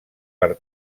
per